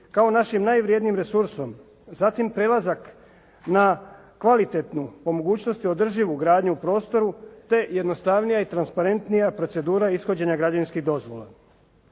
kao našim najvrednijim resursom, zatim prelazak na kvalitetnu po mogućnosti održivu gradnju u prostoru te jednostavnija i transparentnija procedura ishođenja građevinskih dozvola.